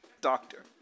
Doctor